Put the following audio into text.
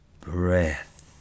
breath